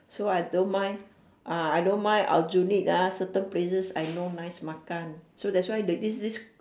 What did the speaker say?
so I don't mind ah I don't mind aljunied ah certain places I know nice makan so that's why the this this